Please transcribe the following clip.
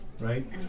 Right